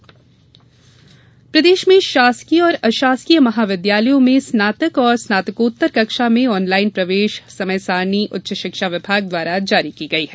पवैया निर्देश प्रदेश में शासकीय और अशासकीय महविद्यालयों में स्नातक तथा स्नातकोत्तर कक्षा में ऑनलाईन प्रवेश समय सारणी उच्च शिक्षा विभाग द्वारा जारी की गई है